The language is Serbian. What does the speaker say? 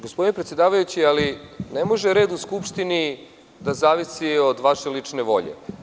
Gospodine predsedavajući, ne može red u Skupštini da zavisi od vaše lične volje.